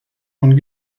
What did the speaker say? von